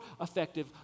effective